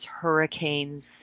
hurricanes